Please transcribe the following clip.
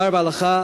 תודה רבה לך,